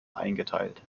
eingeteilt